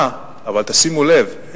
אבל תשימו לב,